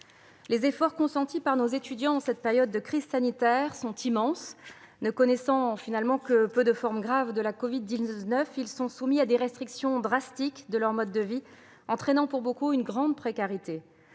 Les efforts consentis par nos étudiants en cette période de crise sanitaire sont immenses. Ne connaissant finalement que peu de formes graves de la covid-19, ils sont soumis à des restrictions rigoureuses de leur mode de vie, entraînant pour beaucoup une grande précarité.